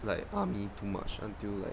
like army too much until like